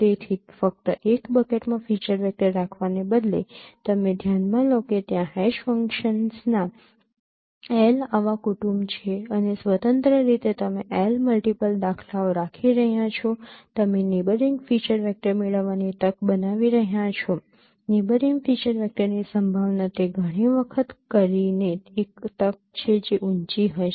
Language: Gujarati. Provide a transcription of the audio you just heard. તેથી ફક્ત એક બકેટમાં ફીચર વેક્ટર રાખવાને બદલે તમે ધ્યાનમાં લો કે ત્યાં હેશ ફંક્શન્સના L આવા કુટુંબ છે અને સ્વતંત્ર રીતે તમે L મલ્ટીપલ દાખલાઓ રાખી રહ્યા છો તમે નેબયરિંગ ફીચર વેક્ટર મેળવવાની તક બનાવી રહ્યા છો નેબયરિંગ ફીચર વેક્ટરની સંભાવના તે ઘણી વખત કરીને એક તક છે જે ઊંચી હશે